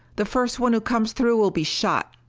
the first one who comes through will be shot!